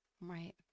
Right